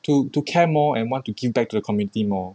to to care more and want to give back to the community more